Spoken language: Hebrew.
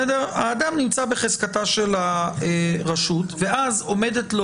האדם נמצא בחזקתה של הרשות ואז עומדת לו